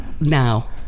now